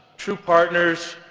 true partners,